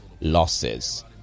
losses